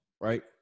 right